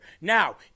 Now